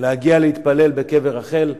להגיע להתפלל בקבר רחל,